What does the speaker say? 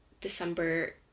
December